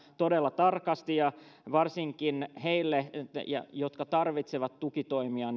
todella tarkasti tätä tilannetta ja varsinkin heidän arkeaan jotka tarvitsevat tukitoimia